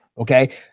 Okay